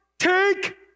Take